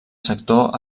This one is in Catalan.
sector